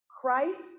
Christ